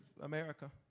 America